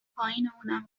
پایینمونم